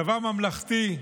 צבא ממלכתי,